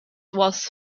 was